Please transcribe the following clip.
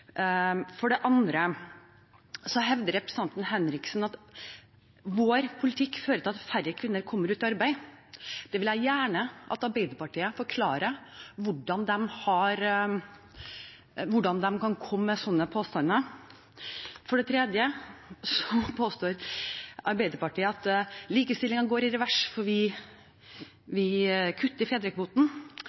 For det andre hevder representanten Henriksen at vår politikk fører til at færre kvinner kommer ut i arbeid. Jeg vil gjerne at Arbeiderpartiet forklarer hvordan de kan komme med slike påstander. For det tredje påstår Arbeiderpartiet at likestillingen går i revers fordi vi kutter i fedrekvoten.